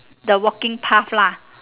the walking path lah